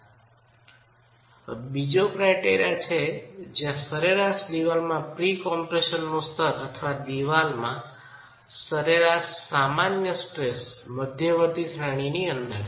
આ બીજો ક્રાયટેરિયા છે જ્યાં સરેરાશ દિવાલમાં પ્રી કમ્પ્રેશનનું સ્તર અથવા દિવાલમાં સરેરાશ સામાન્ય સ્ટ્રેસ મધ્યવર્તી શ્રેણીની અંદર છે